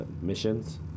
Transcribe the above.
missions